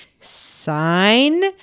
Sign